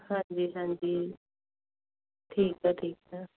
ਹਾਂਜੀ ਹਾਂਜੀ ਠੀਕ ਆ ਠੀਕ ਆ